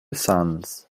sons